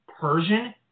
Persian